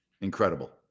Incredible